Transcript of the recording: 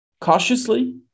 cautiously